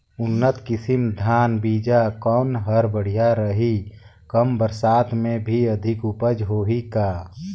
उन्नत किसम धान बीजा कौन हर बढ़िया रही? कम बरसात मे भी अधिक उपज होही का?